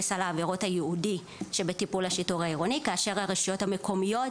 בסל העבירות הייעודי שבטיפול השיטור העירוני כאשר הרשויות המקומיות